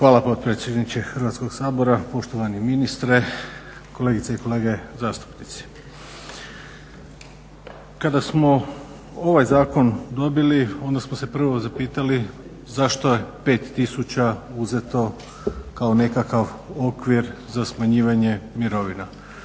Hvala potpredsjedniče Hrvatskog sabora, poštovani ministre, kolegice i kolege zastupnici. Kada smo ovaj zakon dobili, onda smo se prvo zapitali zašto je 5000 uzeto kao nekakav okvir za smanjivanje mirovina.